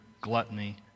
gluttony